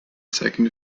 second